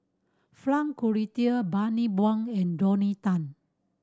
Frank Cloutier Bani Buang and Rodney Tan